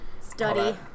study